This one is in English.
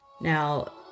Now